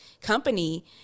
company